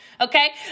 Okay